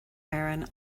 héireann